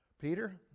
Peter